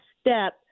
step